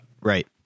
right